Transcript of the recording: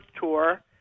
tour